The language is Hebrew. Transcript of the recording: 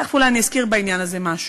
תכף אולי אני אזכיר בעניין הזה משהו,